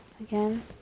Again